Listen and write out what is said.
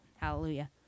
Hallelujah